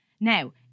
Now